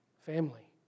family